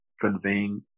conveying